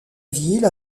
ville